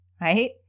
right